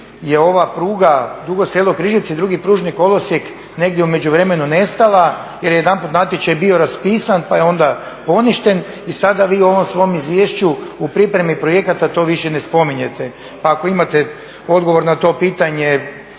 li je ova pruga Dugo Selo – Križevci – drugi pružni kolosijek negdje u međuvremenu nestala jer je jedanput natječaj bio raspisan pa je onda poništen i sada vi u ovom svom izvješću u pripremi projekata to više ne spominjete. Pa ako imate odgovor na to pitanje